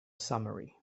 summary